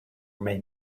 may